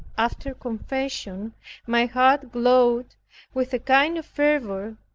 after confession my heart glowed with a kind of fervor,